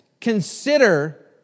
consider